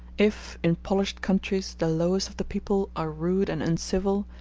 if, in polished countries, the lowest of the people are rude and uncivil,